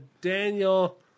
Daniel